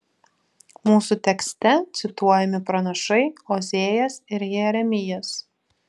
mūsų tekste cituojami pranašai ozėjas ir jeremijas